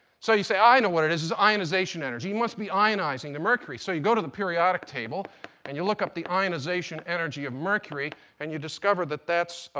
so you say, i know what it is. it's ionization energy. must be ionizing the mercury. so you go to the periodic table and you look up the ionization energy of mercury and you discover that that's